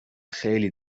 خیلی